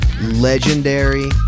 Legendary